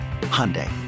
Hyundai